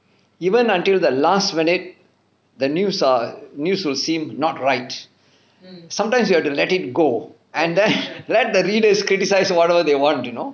even until the last minute the news err the news would seem not right sometimes you have to let it go and then let the readers criticised whatever they want you know